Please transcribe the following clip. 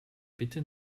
bitte